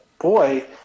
boy